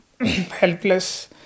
helpless